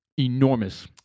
enormous